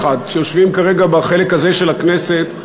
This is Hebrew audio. שיושבים כרגע בחלק הזה של הכנסת,